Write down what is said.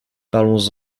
parlons